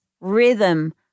rhythm